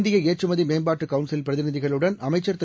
இந்தியஏற்றுமதிமேம்பட்டுகவுன்சிலின் பிரதிநிதிகளுடன் அமைச்சர் திரு